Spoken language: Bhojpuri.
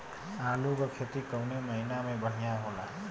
आलू क खेती कवने महीना में बढ़ियां होला?